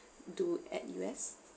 do at U_S